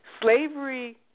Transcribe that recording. slavery